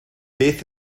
beth